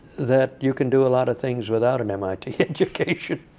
that you can do a lot of things without an mit education.